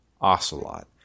Ocelot